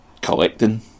collecting